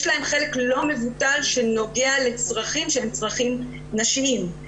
יש להן חלק לא מבוטל שנוגע לצרכים שהם צרכים נשיים.